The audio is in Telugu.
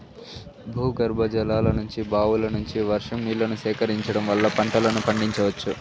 భూగర్భజలాల నుంచి, బావుల నుంచి, వర్షం నీళ్ళను సేకరించడం వల్ల పంటలను పండించవచ్చు